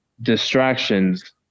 distractions